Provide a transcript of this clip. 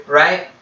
right